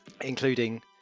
including